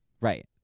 Right